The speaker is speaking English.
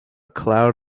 cloud